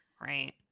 right